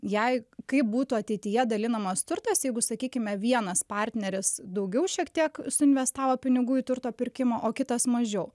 jei kaip būtų ateityje dalinamas turtas jeigu sakykime vienas partneris daugiau šiek tiek suinvestavo pinigų į turto pirkimą o kitas mažiau